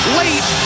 late